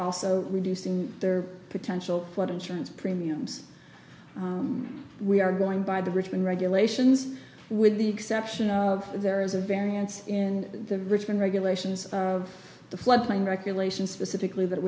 also reducing their potential flood insurance premiums we are going by the richmond regulations with the exception of there is a variance in the richmond regulations of the floodplain regulations specifically that